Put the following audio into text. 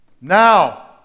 now